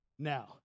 Now